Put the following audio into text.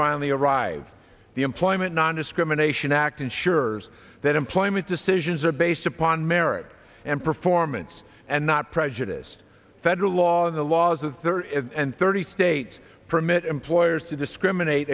finally arrived the employment nondiscrimination act ensures that employment decisions are based upon merit and performance and not prejudice federal law in the laws of and thirty states permit employers to discriminate